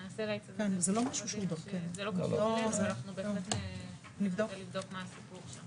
זה לא קשור אלינו אבל אנחנו בהחלט ננסה לבדוק מה הסיפור שם.